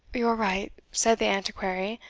you're right, said the antiquary,